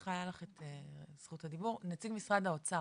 נציג משרד האוצר,